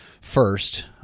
first